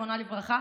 זיכרונה לברכה,